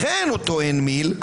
לכן טוען מיל,